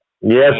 Yes